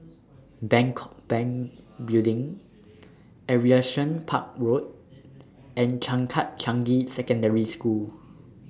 Bangkok Bank Building Aviation Park Road and Changkat Changi Secondary School